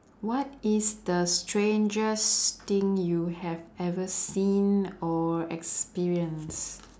what is the strangest thing you have ever seen or experienced